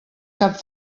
cap